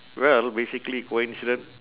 well basically coincident